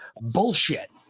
bullshit